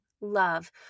love